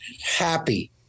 happy